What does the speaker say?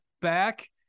back